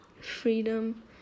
freedom